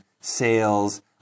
sales